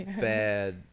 bad